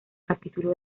capítulo